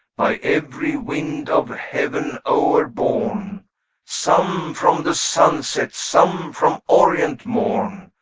by every wind of heaven o'erborne some from the sunset, some from orient morn,